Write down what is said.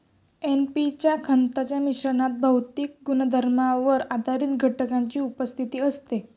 NP च्या खतांच्या मिश्रणात भौतिक गुणधर्मांवर आधारित घटकांची उपस्थिती असते